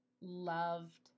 loved